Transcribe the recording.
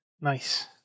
Nice